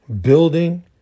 building